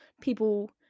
people